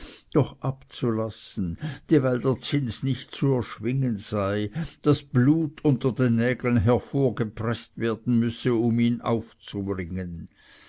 doch abzulassen dieweil der zins nicht zu erschwingen sei das blut unter den nägeln hervorgepreßt werden müsse um ihn aufzubringen